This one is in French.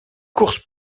course